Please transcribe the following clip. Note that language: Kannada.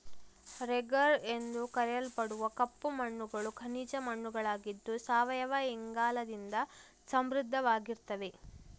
ರೆಗರ್ ಎಂದು ಕರೆಯಲ್ಪಡುವ ಕಪ್ಪು ಮಣ್ಣುಗಳು ಖನಿಜ ಮಣ್ಣುಗಳಾಗಿದ್ದು ಸಾವಯವ ಇಂಗಾಲದಿಂದ ಸಮೃದ್ಧವಾಗಿರ್ತವೆ